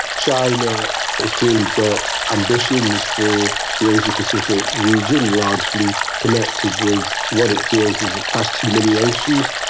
china has clearly got ambitions for the asia-pacific region, largely connected with what it feels is past humiliations,